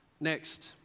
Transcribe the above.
Next